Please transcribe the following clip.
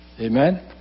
Amen